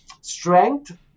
strength